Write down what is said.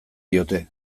diote